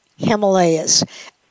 Himalayas